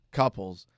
couples